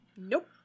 nope